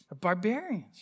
barbarians